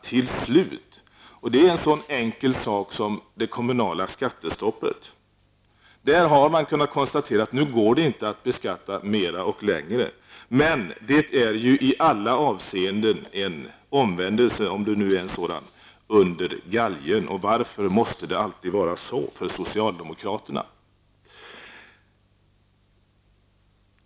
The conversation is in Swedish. Jag tänker här på en så enkel sak som det kommunala skattestoppet. Man har nu kunnat konstatera att det inte går att beskatta mer och längre. Men det är ju i alla avseenden en omvändelse, om det nu är en sådan, under galgen. Varför måste det alltid vara så för socialdemokraterna?